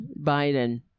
Biden